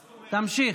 תמשיך.